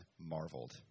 marveled